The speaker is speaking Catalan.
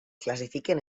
classifiquen